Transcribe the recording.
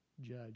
judge